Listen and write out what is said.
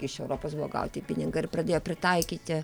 iš europos buvo gauti pinigai ir pradėjo pritaikyti